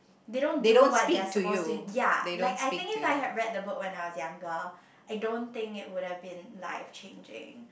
they don't do what their suppose to ya like I think I had read the book when I was younger I don't think it would had been like changing